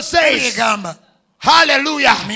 Hallelujah